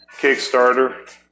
Kickstarter